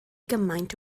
gymaint